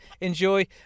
enjoy